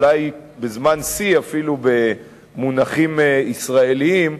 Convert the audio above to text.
אולי בזמן שיא אפילו במונחים ישראליים,